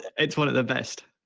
it's one of the best,